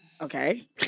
Okay